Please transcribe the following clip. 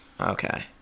Okay